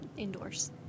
Indoors